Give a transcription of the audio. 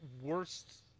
worst